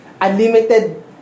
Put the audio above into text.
unlimited